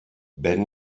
ven